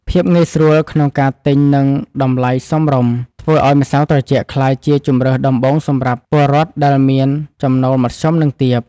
ភាពងាយស្រួលក្នុងការទិញនិងតម្លៃសមរម្យធ្វើឱ្យម្សៅត្រជាក់ក្លាយជាជម្រើសដំបូងសម្រាប់ពលរដ្ឋដែលមានចំណូលមធ្យមនិងទាប។